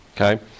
Okay